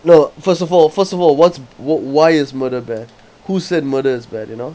no first of all first of all what's w~ what why is murder bad who said murder is bad you know